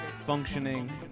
functioning